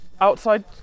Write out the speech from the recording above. Outside